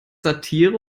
satire